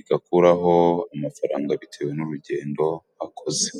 igakuraho amafaranga bitewe n'urugendo akoze.